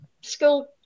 school